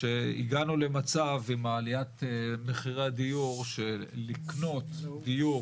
הגענו למצב שעם עליית מחירי הדיור שלקנות דיור,